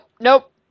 nope